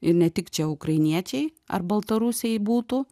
ir ne tik čia ukrainiečiai ar baltarusiai būtų